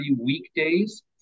weekdays